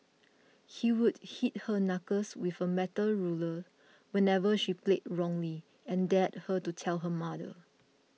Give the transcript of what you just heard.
he would hit her knuckles with a metal ruler whenever she played wrongly and dared her to tell her mother